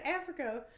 Africa